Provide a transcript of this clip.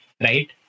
Right